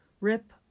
rip